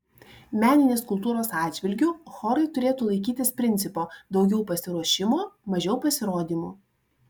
meninės kultūros atžvilgiu chorai turėtų laikytis principo daugiau pasiruošimo mažiau pasirodymų